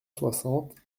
soixante